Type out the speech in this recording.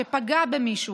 שפגע במישהו,